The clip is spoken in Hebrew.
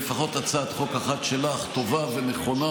לפחות הצעת חוק אחת שלך טובה ונכונה,